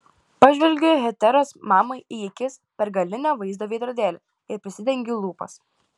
pažvelgiu heteros mamai į akis per galinio vaizdo veidrodėlį ir prisidengiu lūpas